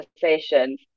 conversations